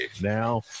now